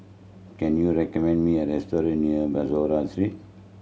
can you recommend me a restaurant near Bussorah Street